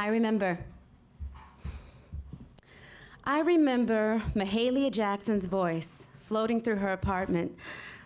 i remember i remember my hailey jackson's voice floating through her apartment